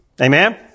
Amen